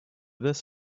this